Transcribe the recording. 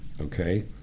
Okay